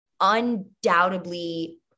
undoubtedly